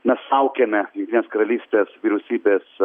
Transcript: mes saukiame jungtinės karalystės vyriausybės